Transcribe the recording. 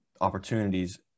opportunities